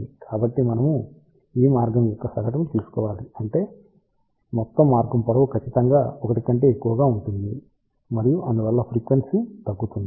కాబట్టి మనము ఈ మార్గం యొక్క సగటును తీసుకోవాలి అంటే మొత్తం మార్గం పొడవు ఖచ్చితంగా పొడవు l కంటే ఎక్కువగా ఉంటుంది మరియు అందువల్ల ఫ్రీక్వెన్సీ తగ్గుతుంది